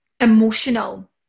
emotional